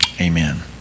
Amen